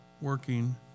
working